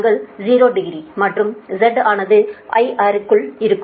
104 கோணம் 0 டிகிரி மற்றும் Z ஆனது IR க்குள் இருக்கும்